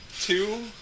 Two